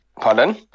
Pardon